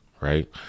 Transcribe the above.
right